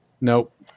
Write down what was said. Nope